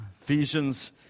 Ephesians